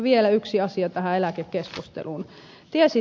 vielä yksi asia tähän eläkekeskusteluun